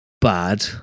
bad